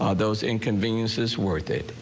ah those inconvenience is worth it.